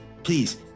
Please